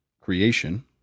creation